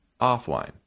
offline